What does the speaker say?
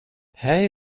hej